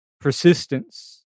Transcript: persistence